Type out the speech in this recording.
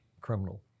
criminal